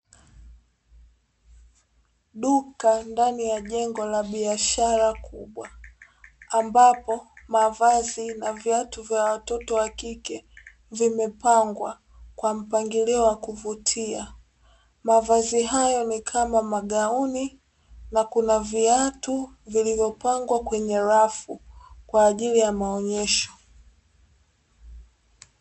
Duka ndani ya jengo la biashara kubwa, ambapo mavazi na viatu vya watoto wa kike, vimepangwa kwa mpangilio wa kuvutia mavazi hayo ni kama magauni na kuna viatu vilivyopangwa kwenye rafu kwa ajili ya maonyesho.